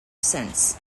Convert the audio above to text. since